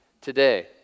today